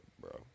bro